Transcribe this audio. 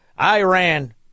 Iran